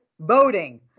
voting